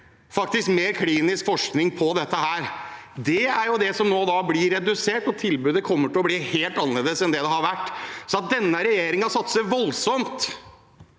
trenger mer klinisk forskning på dette. Det er det som nå blir redusert, og tilbudet kommer til å bli helt annerledes enn det har vært. At denne regjeringen satser voldsomt